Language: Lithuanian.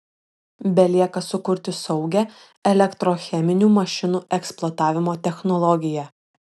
belieka sukurti saugią elektrocheminių mašinų eksploatavimo technologiją